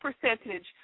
percentage